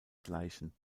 gleichen